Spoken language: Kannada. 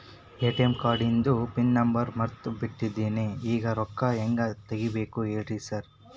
ಎ.ಟಿ.ಎಂ ಕಾರ್ಡಿಂದು ಪಿನ್ ನಂಬರ್ ಮರ್ತ್ ಬಿಟ್ಟಿದೇನಿ ಈಗ ರೊಕ್ಕಾ ಹೆಂಗ್ ತೆಗೆಬೇಕು ಹೇಳ್ರಿ ಸಾರ್